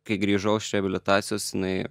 kai grįžau iš reabilitacijos jinai